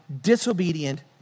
disobedient